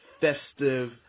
festive